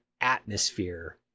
atmosphere